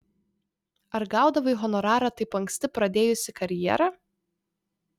ar gaudavai honorarą taip anksti pradėjusi karjerą